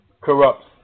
corrupts